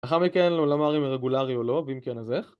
לאחר מכן לומר אם זה רגולרי או לא, ואם כן אז איך